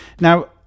Now